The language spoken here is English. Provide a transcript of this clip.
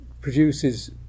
produces